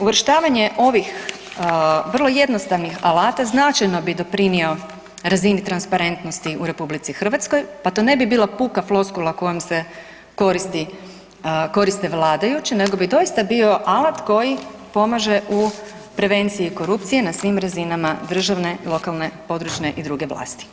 Uvrštavanje ovih vrlo jednostavnih alata značajno bi doprinio razini transparentnosti u RH, pa to ne bi bila puka floskula kojom se koristi, koriste vladajući nego bi doista bio alat koji pomaže u prevenciji korupcije na svim razinama državne, lokalne, područne i druge vlasti.